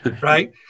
Right